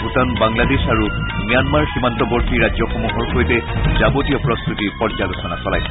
ভূটান বাংলাদেশ আৰু ম্যানমাৰ সীমান্তবৰ্তী ৰাজ্যসমূহৰ সৈতে যাৱতীয় প্ৰস্তুতিৰ পৰ্য্যালোচনা চলাইছে